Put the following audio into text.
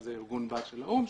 זה ארגון בת של האו"ם,